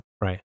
right